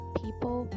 people